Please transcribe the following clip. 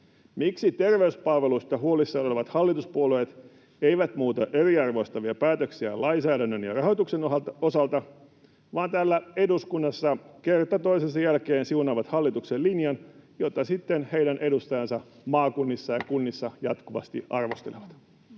Miksi terveyspalveluista huolissaan olevat hallituspuolueet eivät muuta eriarvoistavia päätöksiään lainsäädännön ja rahoituksen osalta, vaan täällä eduskunnassa kerta toisensa jälkeen siunaavat hallituksen linjan, jota sitten heidän edustajansa maakunnissa ja kunnissa jatkuvasti arvostelevat?